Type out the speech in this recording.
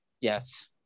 Yes